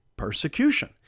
persecution